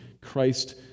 Christ